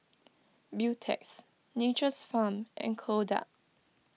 Beautex Nature's Farm and Kodak